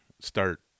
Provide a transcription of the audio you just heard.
start